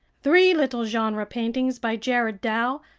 three little genre paintings by gerard dow,